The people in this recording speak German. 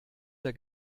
der